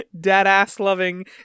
dead-ass-loving